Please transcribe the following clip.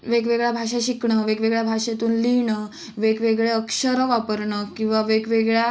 वेगवेगळ्या भाषा शिकणं वेगवेगळ्या भाषेतून लिहिणं वेगवेगळे अक्षरं वापरणं किंवा वेगवेगळ्या